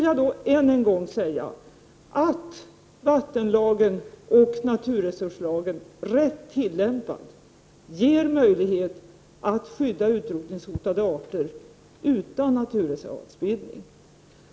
Jag vill än en gång säga att vattenlagen och naturresurslagen rätt tillämpade ger möjlighet att skydda utrotningshotade arter utan naturreservatsbildning.